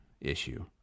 issue